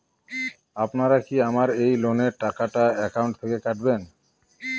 আপনারা কি আমার এই লোনের টাকাটা একাউন্ট থেকে কাটবেন?